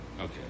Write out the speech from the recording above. Okay